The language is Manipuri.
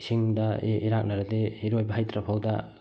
ꯏꯁꯤꯡꯗ ꯏꯔꯥꯛꯅꯔꯗꯤ ꯏꯔꯣꯏꯕ ꯍꯩꯇ꯭ꯔꯐꯥꯎꯗ